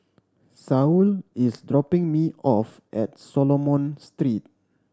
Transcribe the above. Saul is dropping me off at Solomon Street